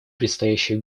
предстоящие